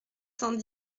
cent